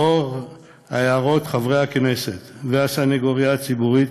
ולאור הערות חברי הכנסת והסנגוריה הציבורית,